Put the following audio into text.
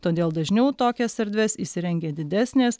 todėl dažniau tokias erdves įsirengia didesnės